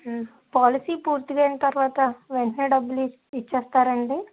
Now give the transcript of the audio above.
policy పూర్తిగా అయిన తర్వాత వెంటనే డబ్బులు ఇచ్చేస్తారండి